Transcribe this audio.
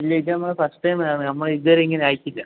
ഇല്ല ഇത് നമ്മൾ ഫസ്റ്റ് ടൈമ് ആണ് നമ്മൾ ഇതുവരെ ഇങ്ങനെ ആയിട്ടില്ല